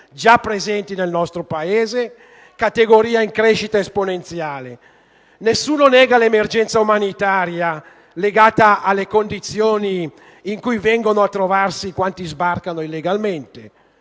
già presenti nel nostro Paese, categoria in crescita esponenziale. Nessuno nega l'emergenza umanitaria legata alle condizioni in cui vengono a trovarsi quanti sbarcano illegalmente.